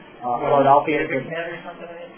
Philadelphia